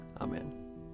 Amen